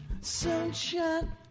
Sunshine